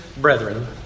brethren